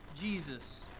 Jesus